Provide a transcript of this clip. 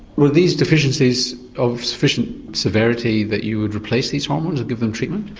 were these deficiencies of sufficient severity that you would replace these hormones, give them treatment?